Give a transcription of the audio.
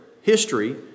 history